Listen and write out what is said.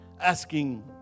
Asking